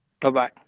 Bye-bye